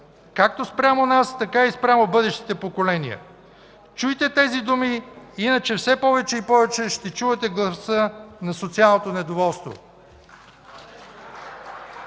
както спрямо нас, така и спрямо бъдещите поколения”. Чуйте тези думи, иначе все повече и повече ще чувате гласа на социалното недоволство.